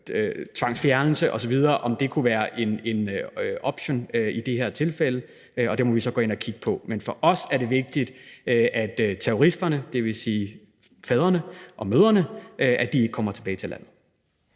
tvangsfjernelse osv. og se på, om det kunne være en option i det her tilfælde, og det må vi så gå ind at kigge på. Men for os er det vigtigt, at terroristerne, dvs. fædrene og mødrene, ikke kommer tilbage til landet.